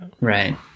Right